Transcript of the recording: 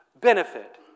benefit